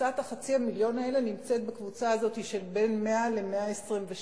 קבוצת חצי המיליון נמצאת בקבוצה הזו של בין 100 ל-126.